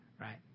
right